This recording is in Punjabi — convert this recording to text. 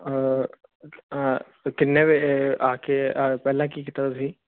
ਕਿੰਨੇ ਆਕੇ ਪਹਿਲਾਂ ਕੀ ਕੀਤਾ ਤੁਸੀਂ